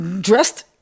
dressed